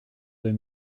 deux